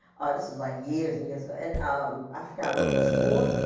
this is like years and years ago. and i forgot what it was for.